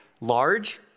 large